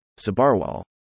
Sabarwal